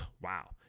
Wow